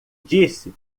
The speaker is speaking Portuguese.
disse